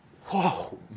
whoa